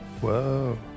Whoa